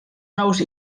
nous